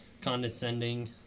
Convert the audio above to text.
condescending